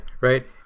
Right